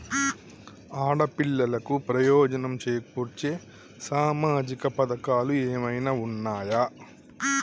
ఆడపిల్లలకు ప్రయోజనం చేకూర్చే సామాజిక పథకాలు ఏమైనా ఉన్నయా?